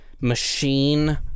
machine